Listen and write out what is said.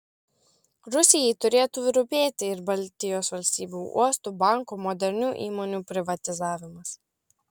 rusijai turėtų rūpėti ir baltijos valstybių uostų bankų modernių įmonių privatizavimas